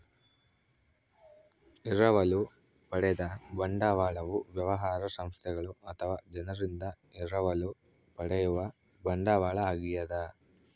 ಎರವಲು ಪಡೆದ ಬಂಡವಾಳವು ವ್ಯವಹಾರ ಸಂಸ್ಥೆಗಳು ಅಥವಾ ಜನರಿಂದ ಎರವಲು ಪಡೆಯುವ ಬಂಡವಾಳ ಆಗ್ಯದ